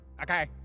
okay